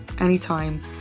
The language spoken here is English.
anytime